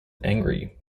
angry